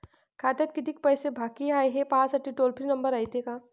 खात्यात कितीक पैसे बाकी हाय, हे पाहासाठी टोल फ्री नंबर रायते का?